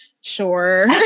sure